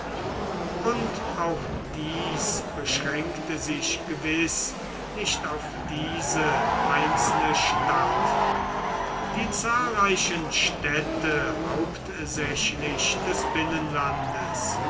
und auch dies beschränkte sich gewiß nicht auf diese einzelne stadt die zahlreichen städte hauptsächlich des binnenlandes